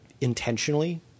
intentionally